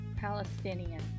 Palestinian